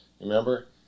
remember